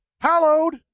hallowed